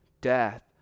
death